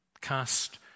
Cast